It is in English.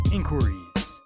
Inquiries